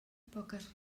poques